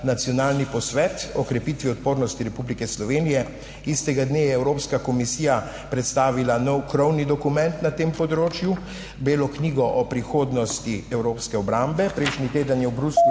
nacionalni posvet o krepitvi odpornosti Republike Slovenije. Istega dne je Evropska komisija predstavila nov krovni dokument na tem področju, belo knjigo o prihodnosti evropske obrambe. Prejšnji teden je v Bruslju